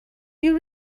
you